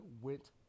went